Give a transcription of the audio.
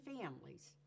families